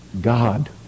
God